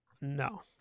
No